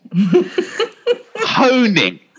honing